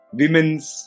women's